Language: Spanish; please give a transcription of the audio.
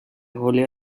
julio